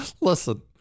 Listen